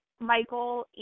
michael